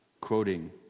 quoting